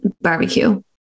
barbecue